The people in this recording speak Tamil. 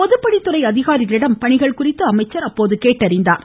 பொதுப்பணித்துறை அதிகாரிகளிடம் பணிகள் குறித்து அமைச்சர் கேட்டறிந்தார்